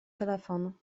telefon